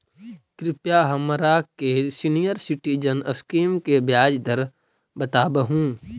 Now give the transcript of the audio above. कृपा हमरा के सीनियर सिटीजन स्कीम के ब्याज दर बतावहुं